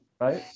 Right